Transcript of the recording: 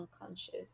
unconscious